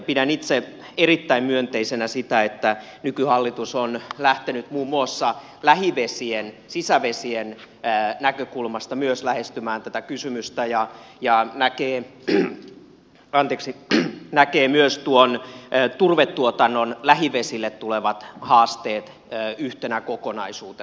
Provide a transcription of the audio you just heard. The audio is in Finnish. pidän itse erittäin myönteisenä sitä että nykyhallitus on lähtenyt myös muun muassa lähivesien sisävesien näkökulmasta lähestymään tätä kysymystä ja näkee myös tuon turvetuotannon lähivesille tulevat haasteet yhtenä kokonaisuutena